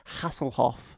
Hasselhoff